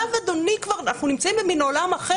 עכשיו אנחנו נמצאים במין עולם אחר,